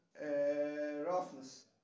roughness